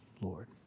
Lord